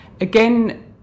again